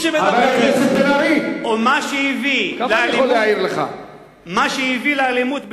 או מה שהביא, לאלימות,